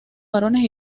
varones